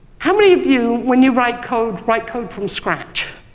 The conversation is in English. how many of you when you write code, write code from scratch?